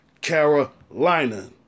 Carolina